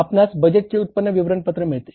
आपणास बजेटचे उत्पन्न विवरणपत्र मिळते